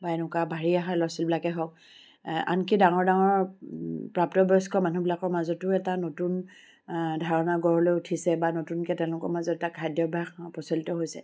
বা এনেকুৱা বাঢ়ি অহা ল'ৰা ছোৱালীবিলাকেই হওক আনকি ডাঙৰ ডাঙৰ প্ৰাপ্তবয়স্ক মানুহবিলাকৰ মাজতো এটা নতুন ধাৰণা গঢ় লৈ উঠিছে বা নতুনকৈ তেওঁলোকৰ মাজত এটা খাদ্যভ্যাস প্ৰচলিত হৈছে